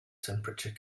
temperature